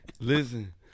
listen